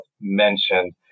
mentioned